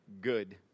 good